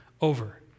over